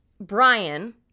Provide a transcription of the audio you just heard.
Brian